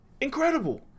Incredible